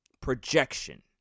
projection